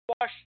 wash